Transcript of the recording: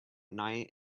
night